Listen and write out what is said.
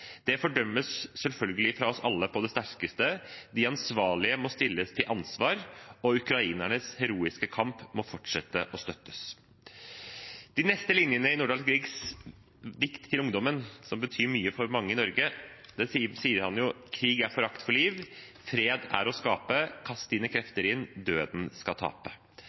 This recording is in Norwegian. Det fordømmes selvfølgelig på det sterkeste av oss alle. De ansvarlige må stilles til ansvar, og ukrainernes heroiske kamp må fortsette å støttes. I de neste linjene i Nordahl Griegs dikt Til ungdommen, som betyr mye for mange i Norge, sier han: «Krig er forakt for liv, fred er å skape, kast dine krefter inn, døden skal tape.»